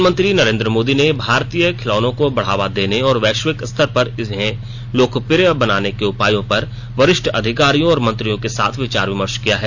प्रधानमंत्री नरेंद्र मोदी ने भारतीय खिलौनों को बढ़ावा देने और वैश्विक स्तर पर इन्हें लोकप्रिय बनाने के उपायों पर वरिष्ठ अधिकारियों और मंत्रियों के साथ विचार विमर्श किया है